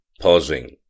pausing